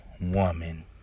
woman